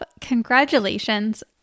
congratulations